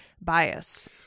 bias